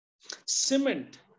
Cement